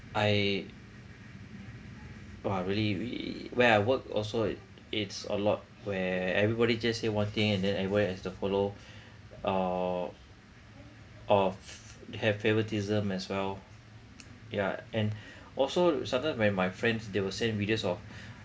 I uh really rea~ where I work also it it's a lot where everybody just say one thing and then everybody has to follow or or have favoritism as well yeah and also sometimes when my friends they will send videos of